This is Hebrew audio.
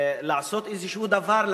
לעשות איזה דבר,